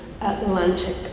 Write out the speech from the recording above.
Atlantic